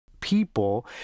people